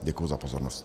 Děkuji za pozornost.